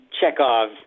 Chekhov